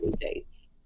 dates